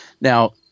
Now